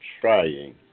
trying